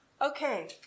Okay